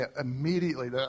immediately